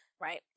Right